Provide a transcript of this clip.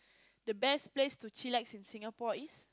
the best place to chill lax in Singapore is